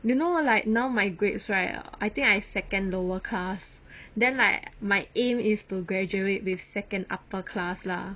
you know like now my grades right I think I second lower class then like my aim is to graduate with second upper class lah